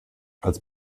als